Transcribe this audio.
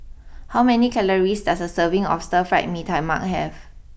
how many calories does a serving of Stir Fried Mee Tai Mak have